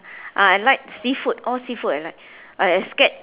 ah I like seafood all seafood I like I scared